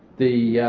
the